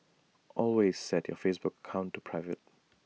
always set your Facebook account to private